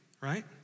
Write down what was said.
right